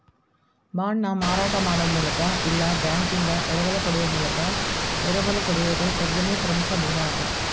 ಬಾಂಡ್ನ ಮಾರಾಟ ಮಾಡೊ ಮೂಲಕ ಇಲ್ಲಾ ಬ್ಯಾಂಕಿಂದಾ ಎರವಲ ಪಡೆಯೊ ಮೂಲಕ ಎರವಲು ಪಡೆಯೊದು ಎರಡನೇ ಪ್ರಮುಖ ಮೂಲ ಅದ